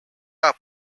are